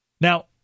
Now